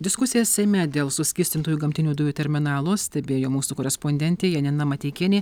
diskusijas seime dėl suskystintųjų gamtinių dujų terminalo stebėjo mūsų korespondentė janina mateikienė